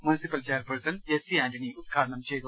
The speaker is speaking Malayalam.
മുൻസിപ്പൽ ചെയർപേഴ്സൺ ജെസ്സി ആന്റണി ഉദ്ഘാടനം ചെയ്തു